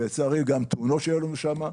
ולצערי גם תאונות שהיו לנו שם,